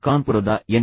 ಕಾನ್ಪುರದ ಎನ್